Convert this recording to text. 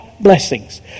Blessings